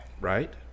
Right